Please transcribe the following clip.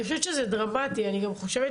אני חושבת שזה דרמטי, אני גם חושבת